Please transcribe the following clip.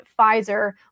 Pfizer